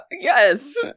Yes